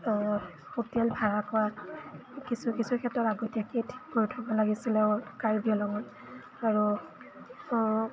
hotel ভাড়া কৰা কিছু কিছু ক্ষেত্ৰত আগতীয়াকৈ ঠিক কৰি থ'ব লাগিছিলে কাৰ্বি আংলঙত